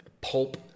pulp